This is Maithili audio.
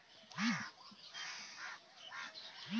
आलू के फसल के उपयुक्त समयावधि की छै?